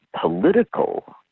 political